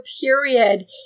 period